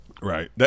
right